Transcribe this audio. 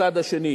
בצד השני.